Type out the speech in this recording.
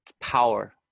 power